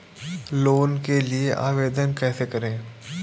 Loan के लिए आवेदन कैसे करें?